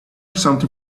something